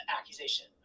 accusation